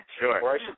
Sure